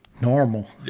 normal